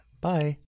Bye